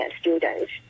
students